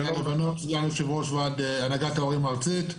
אני סגן יושב-ראש הנהגת ההורים הארצית.